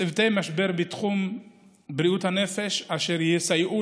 צוותי משבר בתחום בריאות הנפש אשר יסייעו